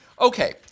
Okay